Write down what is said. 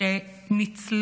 שניצלו,